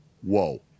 whoa